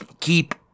keep